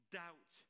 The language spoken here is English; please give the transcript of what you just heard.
doubt